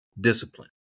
discipline